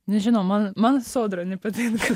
nežinau man sodra nepatinka